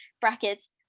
Brackets